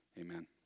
amen